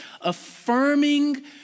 affirming